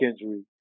injury